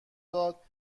داد